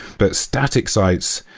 but static sites,